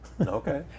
Okay